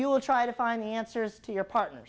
you will try to find the answers to your partner